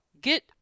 get